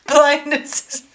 Blindness